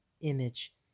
image